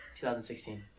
2016